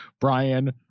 Brian